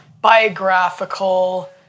biographical